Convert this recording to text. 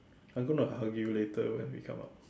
I'm going to hug you later when we come out